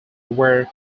were